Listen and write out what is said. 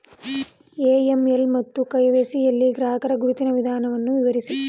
AML ಮತ್ತು KYC ಯಲ್ಲಿ ಗ್ರಾಹಕರ ಗುರುತಿನ ವಿಧಾನವನ್ನು ವಿವರಿಸಿ?